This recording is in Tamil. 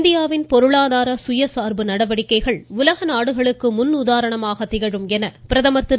இந்தியாவின் பொருளாதார சுயசார்பு நடவடிக்கைகள் உலக நாடுகளுக்கு முன் உதாரணமாக திகழும் என பிரதமர் திரு